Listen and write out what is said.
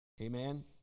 Amen